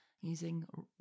using